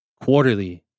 quarterly